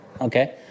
Okay